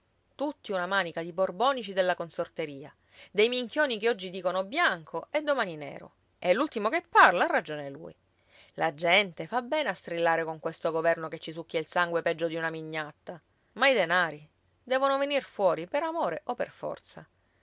tutti una manica di borbonici della consorteria dei minchioni che oggi dicono bianco e domani nero e l'ultimo che parla ha ragione lui la gente fa bene a strillare con questo governo che ci succhia il sangue peggio di una mignatta ma i denari devono venir fuori per amore o per forza